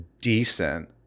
decent